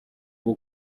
rwo